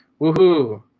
Woohoo